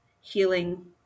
healing